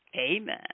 Amen